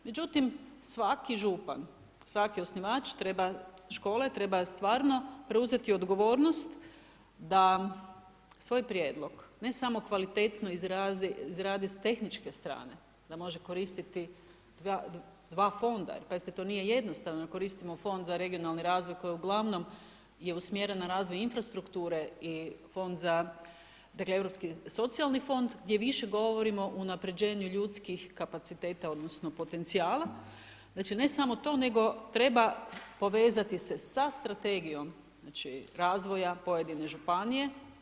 Međutim, svaki župan, svaki osnivač treba škole, treba stvarno preuzeti odgovornost da svoj prijedlog, ne samo kvalitetno izradi sa tehničke strane da može koristiti dva fonda, pazite to nije jednostavno jer koristimo Fond za regionalni razvoj koji je uglavnom usmjeren na razvoj infrastrukture i Fond za, dakle Europski socijalni fond gdje više govorimo o unapređenju ljudskih kapaciteta odnosno potencijala, znači ne samo to nego treba povezati se sa strategijom znači razvoja pojedine županije.